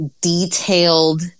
detailed